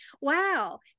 wow